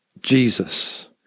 Jesus